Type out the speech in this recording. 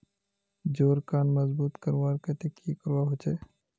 जोड़ खान मजबूत करवार केते की करवा होचए?